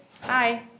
Hi